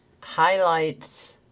Highlights